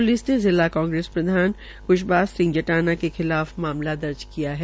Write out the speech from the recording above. police ने जिला कांग्रेस प्रधान खुशबाज सिंह जटाना के खिलाफ मामला दर्ज किया है